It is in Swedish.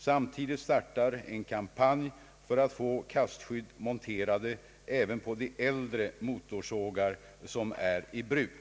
Samtidigt startar en kampanj för att få kastskydd monterade även på de äldre motorsågar som är i bruk.